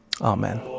Amen